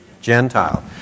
Gentile